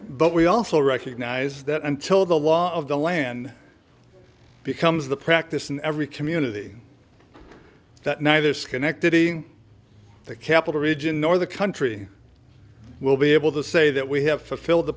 but we also recognize that until the law of the land becomes the practice in every community that neither schenectady the capital region nor the country will be able to say that we have fulfilled the